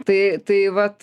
tai tai vat